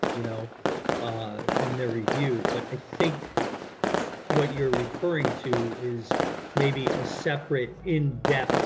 you know and they're reviewed but i think what you're referring to is maybe a separate in depth